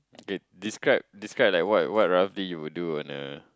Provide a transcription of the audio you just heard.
K describe describe like what what roughly you will do on a